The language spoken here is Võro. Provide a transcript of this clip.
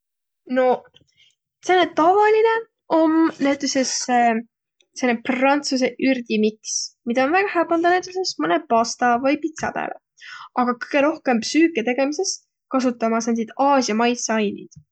Noq, sääne tavalinõ om näütüses sääne prantsusõ ürdimiks, midä om väega hää pandaq mõnõ pasta vai pitsa pääle, aga kõgõ rohkõmb süüke tegemises kasida ma sääntsit aasia maitsõainit.